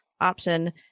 option